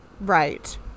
Right